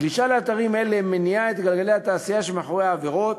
הגלישה לאתרים אלה מניעה את גלגלי התעשייה שמאחורי העבירות,